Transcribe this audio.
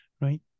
right